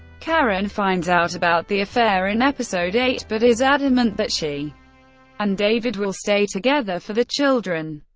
karen finds out about the affair in episode eight, but is adamant that she and david will stay together for the children.